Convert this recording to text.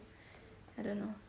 I don't know